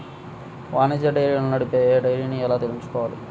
వాణిజ్య డైరీలను నడిపే డైరీని ఎలా ఎంచుకోవాలి?